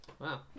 Wow